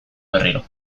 berriro